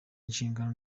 nshingano